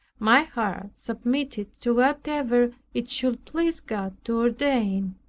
my heart submitted to whatever it should please god to ordain.